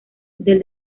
del